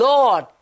Lord